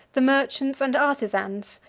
the merchants and artisans,